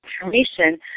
information